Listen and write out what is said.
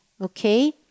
okay